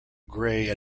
grey